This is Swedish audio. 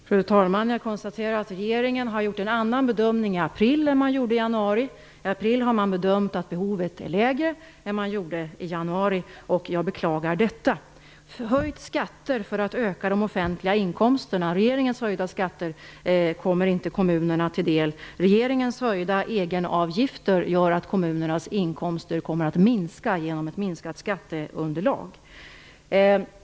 Fru talman! Jag konstaterar att regeringen har gjort en annan bedömning i april än den gjorde i januari. I april bedömde man att behovet var lägre än man bedömde i januari, och jag beklagar detta. Regeringens höjda skatter för att öka de offentliga inkomsterna kommer inte kommunerna till del. Regeringens höjda egenavgifter gör att kommunernas inkomster kommer att minska, genom ett minskat skatteunderlag.